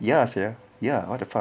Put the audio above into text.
ya sia ya what the fuck